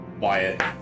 Wyatt